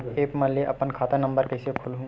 App म ले अपन खाता नम्बर कइसे खोलहु?